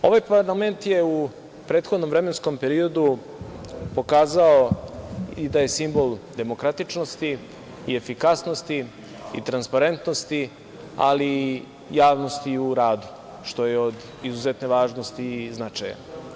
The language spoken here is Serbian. Ovaj parlament je u prethodnom vremenskom periodu pokazao i da je simbol demokratičnosti i efikasnosti i transparentnosti, ali i javnosti u radu, što je od izuzetne važnosti i značaja.